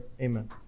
Amen